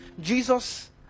Jesus